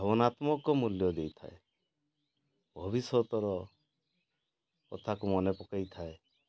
ଭାବନାତ୍ମକ ମୂଲ୍ୟ ଦେଇଥାଏ ଭବିଷ୍ୟତର କଥାକୁ ମନେ ପକେଇଥାଏ